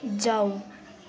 जाऊ